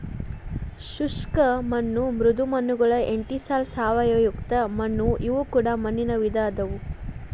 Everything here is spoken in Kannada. ಶುಷ್ಕ ಮಣ್ಣು ಮೃದು ಮಣ್ಣುಗಳು ಎಂಟಿಸಾಲ್ ಸಾವಯವಯುಕ್ತ ಮಣ್ಣು ಇವು ಕೂಡ ಮಣ್ಣಿನ ವಿಧ ಅದಾವು